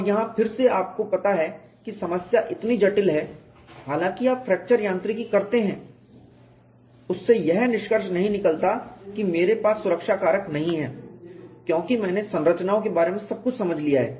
और यहाँ फिर से आपको पता है कि समस्या इतनी जटिल है हालांकि आप फ्रैक्चर यांत्रिकी करते हैं उससे यह निष्कर्ष नहीं निकालता कि मेरे पास सुरक्षा कारक नहीं है क्योंकि मैंने संरचनाओं के बारे में सब कुछ समझ लिया है